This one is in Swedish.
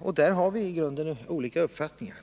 och där har vi i grunden olika uppfattningar.